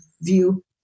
view